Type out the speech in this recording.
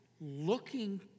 looking